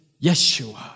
Yeshua